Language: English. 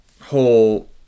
whole